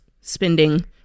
spending